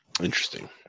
Interesting